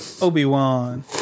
Obi-Wan